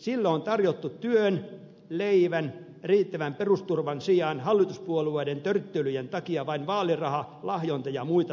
sille on tarjottu työn leivän ja riittävän perusturvan sijaan hallituspuolueiden törttöilyjen takia vain vaaliraha lahjonta ja muita sotkuja